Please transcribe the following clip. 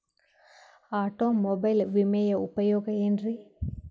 Automobile ವಿಮೆಯ ಉಪಯೋಗ ಏನ್ರೀ?